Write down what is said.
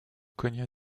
cogna